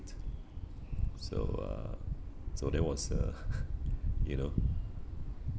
so uh so that was a you know